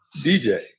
DJ